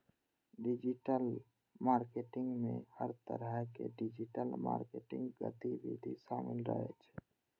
digital marketing मे हर तरहक डिजिटल मार्केटिंग गतिविधि शामिल रहै छै